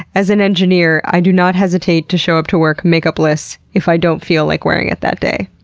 as an engineer, i do not hesitate to show up to work makeupless if i don't feel like wearing it that day.